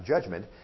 judgment